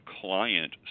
client